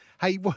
Hey